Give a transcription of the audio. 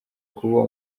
kuba